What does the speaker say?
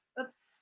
oops